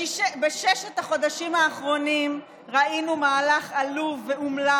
בששת החודשים האחרונים ראינו מהלך עלוב ואומלל